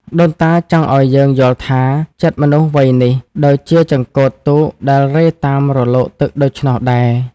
ដូនតាចង់ឱ្យយើងយល់ថា ចិត្តមនុស្សវ័យនេះដូចជាចង្កូតទូកដែលរេតាមរលកទឹកដូច្នោះដែរ។